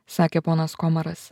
sakė ponas komaras